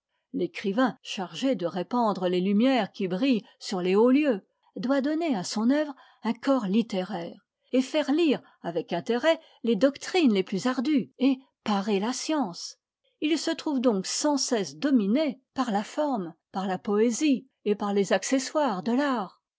l'écrivain chargé de répandre les lumières qui brillent sur les hauts lieux doit donner à son œuvre un corps littéraire et faire lire avec intérêt les doctrines les plus ardues et parer la science il se trouve donc sans cesse dominé par la forme par la poésie et par les accessoires de l'art